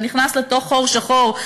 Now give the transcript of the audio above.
זה נכנס לתוך חור שחור.